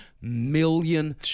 million